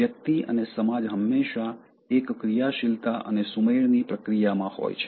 વ્યક્તિ અને સમાજ હંમેશાં એક ક્રિયાશીલતા અને સુમેળની પ્રક્રિયામાં હોય છે